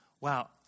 Wow